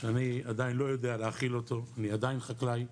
שאני עדיין לא יודע להכיל אותו, אני עדיין חקלאי,